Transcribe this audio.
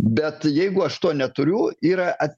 bet jeigu aš to neturiu yra